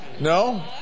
No